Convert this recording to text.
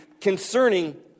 concerning